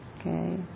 Okay